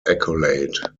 accolade